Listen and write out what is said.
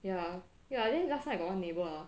ya ya then last time I got one neighbour ah